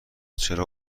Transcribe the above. چرا